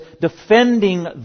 defending